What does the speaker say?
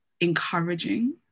encouraging